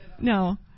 no